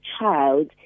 child